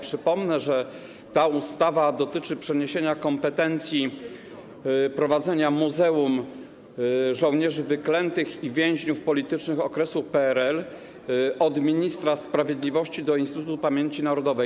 Przypomnę, że ta ustawa dotyczy przeniesienia kompetencji prowadzenia Muzeum Żołnierzy Wyklętych i Więźniów Politycznych Okresu PRL od ministra sprawiedliwości do Instytutu Pamięci Narodowej.